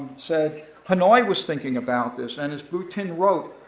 said hanoi was thinking about this. and as bui tin wrote,